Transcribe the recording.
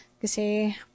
Kasi